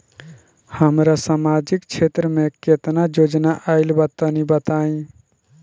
हमरा समाजिक क्षेत्र में केतना योजना आइल बा तनि बताईं?